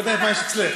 אני לא יודע מה יש אצלך.